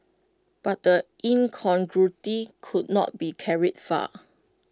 but the incongruity could not be carried far